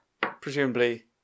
presumably